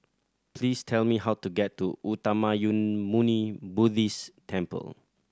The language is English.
please tell me how to get to Uttamayanmuni Buddhist Temple